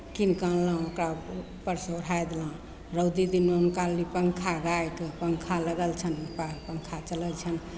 कीनि कऽ अनलहुँ ओकरा ऊपरसँ ओढ़ाए देलहुँ रौदी दिनमे हुनका लिए पङ्खा गायके पङ्खा लगल छनि हुनका पङ्खा चलल छनि